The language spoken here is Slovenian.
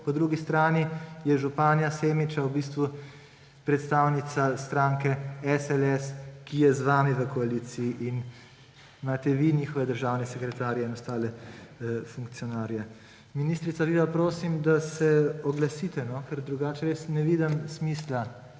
po drugi strani je županja Semiča v bistvu predstavnica stranke SLS, ki je z vami v koaliciji in imate vi njihove državne sekretarje in ostale funkcionarje. Ministrica, vi pa, prosim, da se oglasite, ker drugače res ne vidim smisla